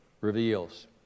reveals